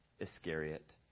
Iscariot